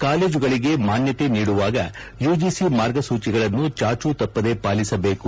ಕಾಲೇಜುಗಳಗೆ ಮಾನ್ಯತೆ ನೀಡುವಾಗ ಯುಜಿಸಿ ಮಾರ್ಗಸೂಚಿಗಳನ್ನು ಚಾಚೂ ತಪ್ಪದೇ ಪಾಅಸಬೇಕು